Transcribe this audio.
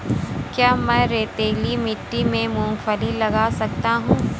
क्या मैं रेतीली मिट्टी में मूँगफली लगा सकता हूँ?